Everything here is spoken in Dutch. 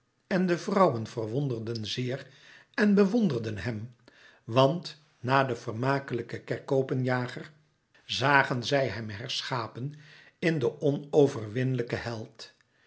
en de vrouwen verwonderden zeer en bewonderden hem want na den vermakelijken kerkopenjager zagen zij hem herschapen in den onoverwinlijken held